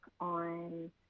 on